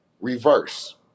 reverse